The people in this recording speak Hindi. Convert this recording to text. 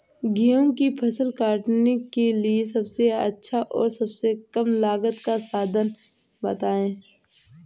गेहूँ की फसल काटने के लिए सबसे अच्छा और कम लागत का साधन बताएं?